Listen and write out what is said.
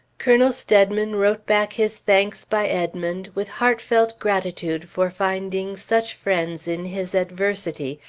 colonel steadman wrote back his thanks by edmond, with heartfelt gratitude for finding such friends in his adversity,